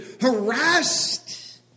Harassed